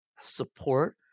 support